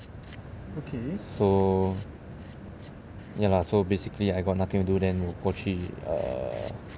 so ya lah so basically I got nothing to do then 我过去 err